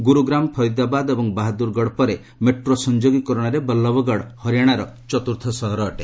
ଗୁରୁଗ୍ରାମ୍ ଫରିଦାବାଦ୍ ଏବଂ ବାହାଦୁରଗଡ଼ ପରେ ମେଟ୍ରୋ ସଂଯୋଗୀକରଣରେ ବଲ୍ଲଭଗଡ଼ ହରିୟାଣାର ଚତ୍ରର୍ଥ ସହର ଅଟେ